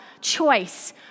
choice